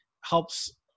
helps –